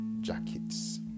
jackets